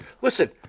Listen